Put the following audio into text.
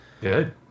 Good